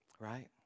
Right